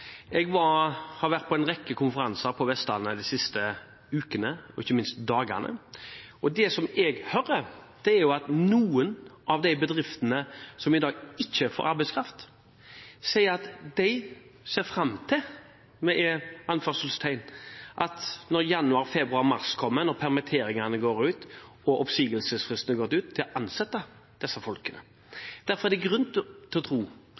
jeg på. Jeg har vært på en rekke konferanser på Vestlandet de siste ukene, og ikke minst de siste dagene. Det som jeg hører, er at noen av de bedriftene som i dag ikke får arbeidskraft, sier at de «ser fram til» – når januar-februar-mars kommer, når permitteringene går ut og oppsigelsesfristen er gått ut – å ansette disse folkene. Derfor er det grunn til å tro